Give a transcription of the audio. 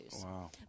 Wow